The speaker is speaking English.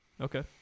Okay